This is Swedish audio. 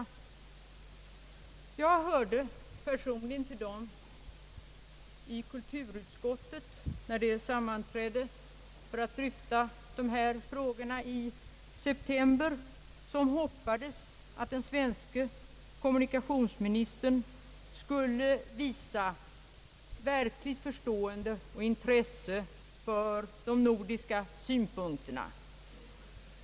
Jag hörde till dem, när kulturutskottet sammanträffade i september för att dryfta dessa frågor, som hoppades att den svenske kommunikationsministern skulle visa verklig förståelse och intresse för de nordiska synpunkterna.